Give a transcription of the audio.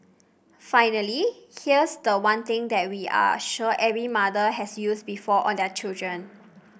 finally here's the one thing that we are sure every mother has used before on their children